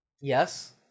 Yes